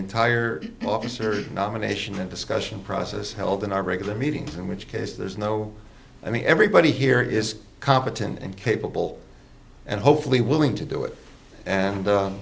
entire office or nomination and discussion process held in our regular meeting in which case there's no i mean everybody here is competent and capable and hopefully willing to do it and